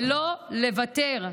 ולא לוותר,